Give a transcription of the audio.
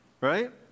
right